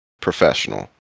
professional